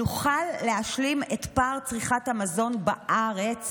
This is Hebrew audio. נוכל להשלים את פער צריכת המזון בארץ.